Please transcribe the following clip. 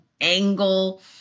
angle